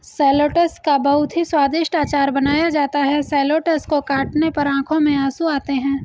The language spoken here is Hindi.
शैलोट्स का बहुत ही स्वादिष्ट अचार बनाया जाता है शैलोट्स को काटने पर आंखों में आंसू आते हैं